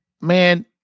man